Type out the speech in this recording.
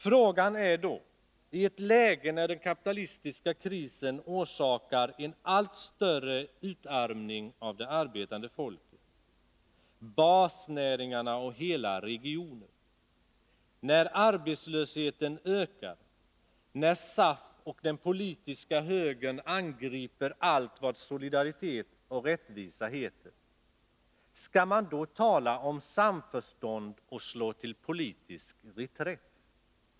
Frågan är då, i ett läge när den kapitalistiska krisen orsakar en allt större utarmning av det arbetande folket, basnäringarna och hela regioner, när arbetslösheten ökar, när SAF och den politiska högern angriper allt vad solidaritet och rättvisa heter: Skall man tala om samförstånd och slå till politisk reträtt?